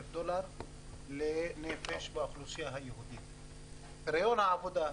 דולר לנפש באוכלוסייה היהודית; בריאיון עבודה,